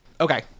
Okay